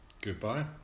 Goodbye